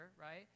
right